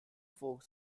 folk